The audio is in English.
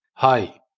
Hi